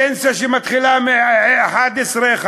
פנסיה שמתחילה מ-11,000,